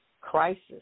crisis